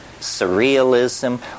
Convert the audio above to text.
surrealism